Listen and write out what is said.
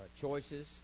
choices